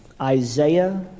Isaiah